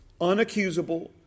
unaccusable